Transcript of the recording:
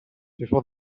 before